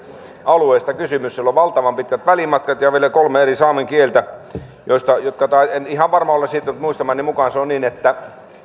alueesta kysymys on valtavan pitkät välimatkat ja vielä kolme eri saamen kieltä niin vaikeuksia on en ihan varma ole siitä mutta muistamani mukaan on niin että